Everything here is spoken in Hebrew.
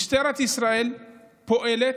משטרת ישראל פועלת,